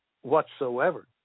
whatsoever